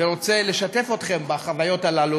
ורוצה לשתף אתכם בחוויות האלה,